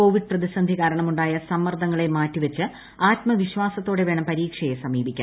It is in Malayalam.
കോവിഡ് പ്രതിന്ധന്ധി കാരണമുണ്ടായ സമ്മർദ്ദങ്ങളെ മാറ്റിവച്ച് ആത്മവിശ്വാസത്തോടെ വേണം പരീക്ഷയെ സമീപിക്കാൻ